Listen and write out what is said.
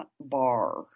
bar